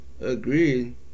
Agreed